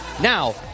Now